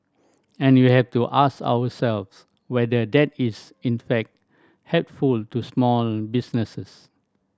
and we have to ask ourselves whether the that is in fact helpful to small businesses